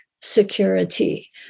security